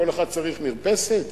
כל אחד צריך מרפסת,